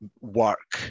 work